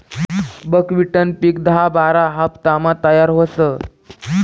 बकव्हिटनं पिक दहा बारा हाफतामा तयार व्हस